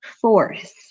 force